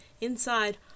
Inside